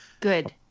Good